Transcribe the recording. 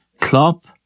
Klopp